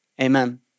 amen